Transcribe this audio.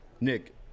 Nick